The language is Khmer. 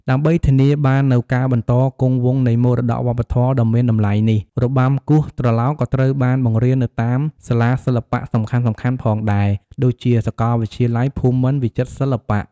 ដើម្បីធានាបាននូវការបន្តគង់វង្សនៃមរតកវប្បធម៌ដ៏មានតម្លៃនេះ របាំគោះត្រឡោកក៏ត្រូវបានបង្រៀននៅតាមសាលាសិល្បៈសំខាន់ៗផងដែរ ដូចជាសាកលវិទ្យាល័យភូមិន្ទវិចិត្រសិល្បៈ។